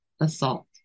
assault